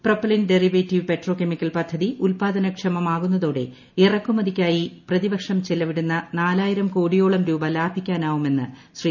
propylene derivative petrochemical പദ്ധതി ഉത്പാദന ക്ഷമമാകുന്നതോടെ ഇറക്കുമതിയ്ക്കായി പ്രപ്പിതിവർഷം ചെലവിടുന്ന നാലായിരം കോടിയോളം രൂപ ലാഭീയ്ക്കാനാവുമെന്ന് ശ്രീ